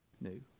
new